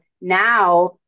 now